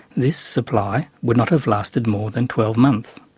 this supply would not have lasted more than twelve months.